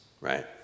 right